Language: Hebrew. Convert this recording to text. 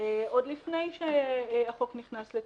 עוד לפני שהחוק נכנס לתוקף.